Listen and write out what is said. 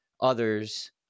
others